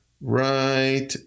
right